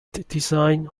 design